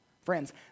Friends